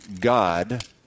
God